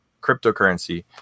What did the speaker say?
cryptocurrency